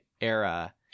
era